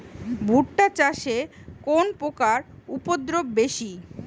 ভুট্টা চাষে কোন পোকার উপদ্রব বেশি?